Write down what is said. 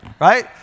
right